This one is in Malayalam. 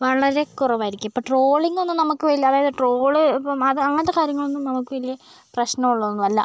വളരെ കുറവായിരിക്കും ഇപ്പം ട്രോളിങ്ങോന്നും നമുക്കു വലിയ അതായത് ട്രോള് ഇപ്പം അത് അങ്ങനത്തെ കാര്യങ്ങളൊന്നും നമുക്ക് വലിയ പ്രശ്നമുള്ളതൊന്നുമല്ല